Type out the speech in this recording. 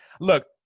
look